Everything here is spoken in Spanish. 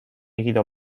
guido